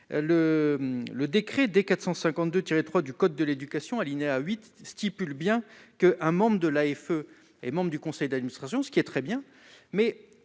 Thierry 3 du code de l'éducation, alinéa 8 stipule bien que un membre de l'AFE et membre du conseil d'administration, ce qui est très bien,